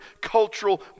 cultural